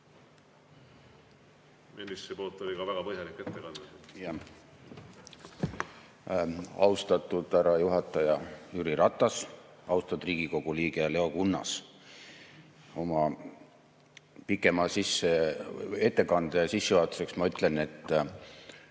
Austatud härra juhataja Jüri Ratas! Austatud Riigikogu liige Leo Kunnas! Oma pikema ettekande sissejuhatuseks ütlen, et